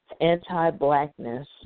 anti-blackness